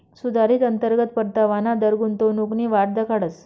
सुधारित अंतर्गत परतावाना दर गुंतवणूकनी वाट दखाडस